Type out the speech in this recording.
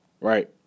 right